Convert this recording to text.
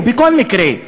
או בכל מקרה,